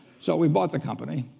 so we bought the company,